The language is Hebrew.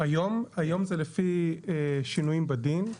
היום זה לפי שינוים בדין.